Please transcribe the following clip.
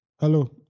Hello